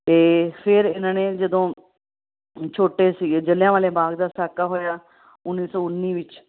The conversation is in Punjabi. ਅਤੇ ਫਿਰ ਇਹਨਾਂ ਨੇ ਜਦੋਂ ਛੋਟੇ ਸੀਗੇ ਜ਼ਲ੍ਹਿਆਂ ਵਾਲੇ ਬਾਗ ਦਾ ਸਾਕਾ ਹੋਇਆ ਉੱਨੀ ਸੌ ਉੱਨੀ ਵਿੱਚ